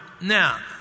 now